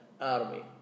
army